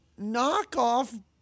knockoff